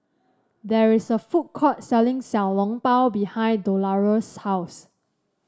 there is a food court selling Xiao Long Bao behind Dolores' house